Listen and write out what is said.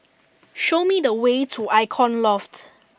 show me the way to Icon Loft